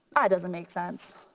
ah doesn't make sense.